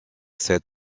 sets